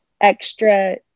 extra